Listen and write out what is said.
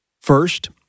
First